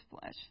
flesh